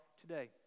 today